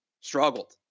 struggled